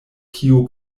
kiu